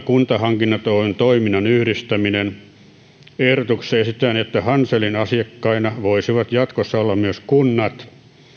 kuntahankinnat oyn toiminnan yhdistäminen ehdotuksessa esitetään että hanselin asiakkaina voisivat jatkossa olla myös kunnat